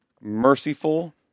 merciful